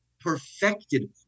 perfected